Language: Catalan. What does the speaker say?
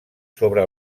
sobre